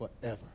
forever